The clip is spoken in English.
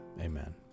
amen